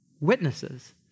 Witnesses